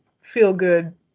feel-good